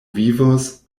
vivos